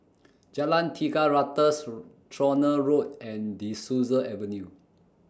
Jalan Tiga Ratus Tronoh Road and De Souza Avenue